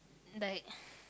like